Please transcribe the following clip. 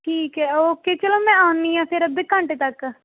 ਠੀਕ ਹੈ ਓਕੇ ਚਲੋ ਮੈਂ ਆਉਂਦੀ ਆ ਫਿਰ ਅੱਧੇ ਘੰਟੇ ਤੱਕ